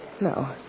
No